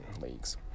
leagues